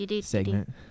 segment